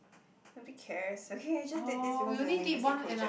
nobody cares okay I just did this because it's a linguistic project